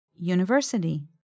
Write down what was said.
University